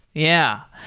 yeah.